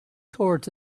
toward